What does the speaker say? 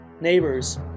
neighbors